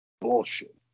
bullshit